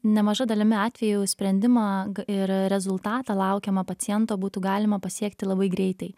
nemaža dalimi atvejų sprendimą g ir rezultatą laukiamą paciento būtų galima pasiekti labai greitai